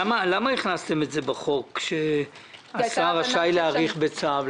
למה הכנסתם בחוק שהשר רשאי להאריך בצו?